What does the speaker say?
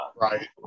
Right